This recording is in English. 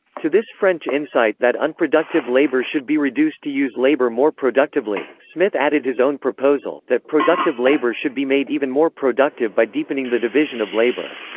to this french insight that unproductive labour should be reduced to use labour more productively, smith added his own proposal, that productive labour should be made even more productive by deepening the division of labour.